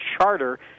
Charter